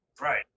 right